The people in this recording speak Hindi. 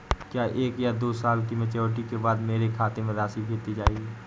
क्या एक या दो साल की मैच्योरिटी के बाद मेरे खाते में राशि भेज दी जाएगी?